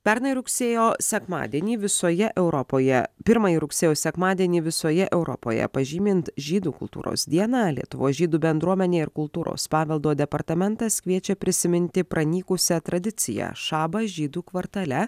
pernai rugsėjo sekmadienį visoje europoje pirmąjį rugsėjo sekmadienį visoje europoje pažymint žydų kultūros dieną lietuvos žydų bendruomenė ir kultūros paveldo departamentas kviečia prisiminti pranykusią tradiciją šabą žydų kvartale